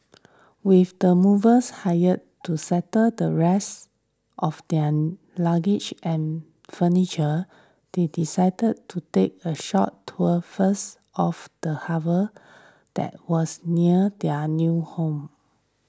with the movers hired to settle the rest of their luggage and furniture they decided to take a short tour first of the harbour that was near their new home